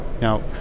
Now